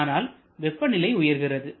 ஆனால் வெப்பநிலை உயர்கிறது